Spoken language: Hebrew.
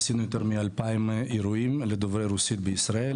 עשינו יותר מ-2,000 אירועים לדוברי רוסית בישראל,